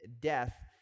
death